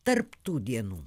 tarp tų dienų